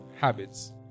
habits